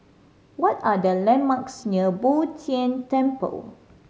what are the landmarks near Bo Tien Temple